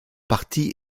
partie